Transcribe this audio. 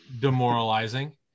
demoralizing